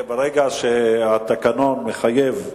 התקנון מחייב,